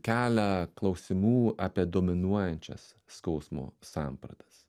kelia klausimų apie dominuojančias skausmo sampratas